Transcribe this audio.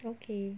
okay